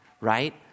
right